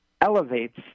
elevates